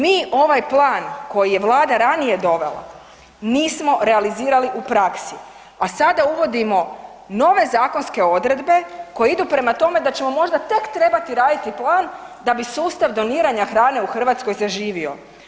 Mi ovaj plan koji je Vlada ranije dovela nismo realizirali u praksi, a sada uvodimo nove zakonske odredbe koje idu prema tome da ćemo možda tek trebati raditi plan da bi sustav doniranja hrane u Hrvatskoj zaživio.